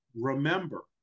remember